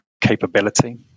capability